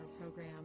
program